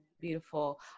beautiful